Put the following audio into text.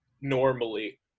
normally